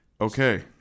Okay